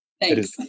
Thanks